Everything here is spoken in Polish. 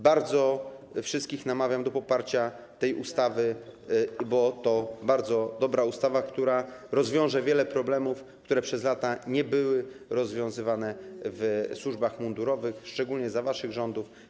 Bardzo wszystkich namawiam do poparcia tej ustawy, bo to jest bardzo dobra ustawa, która rozwiąże wiele problemów, które przez lata nie były rozwiązywane w służbach mundurowych, szczególnie za waszych rządów.